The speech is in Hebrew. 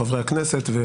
חברי הכנסת,